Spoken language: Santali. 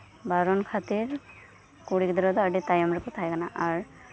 ᱵᱟᱨᱚᱱ ᱠᱷᱟᱛᱤᱨ ᱠᱩᱲᱤ ᱜᱤᱫᱽᱨᱟᱹ ᱫᱚ ᱟᱰᱤ ᱛᱟᱭᱚᱢ ᱨᱮ ᱠᱚ ᱛᱟᱦᱮᱸ ᱠᱟᱱᱟ ᱟᱨ